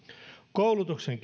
koulutuksen